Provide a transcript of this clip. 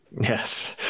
yes